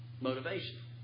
motivation